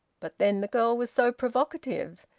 but then the girl was so provocative.